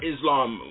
Islam